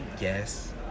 yes